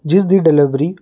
ਜਿਸ ਦੀ ਡਿਲੀਵਰੀ